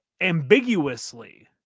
ambiguously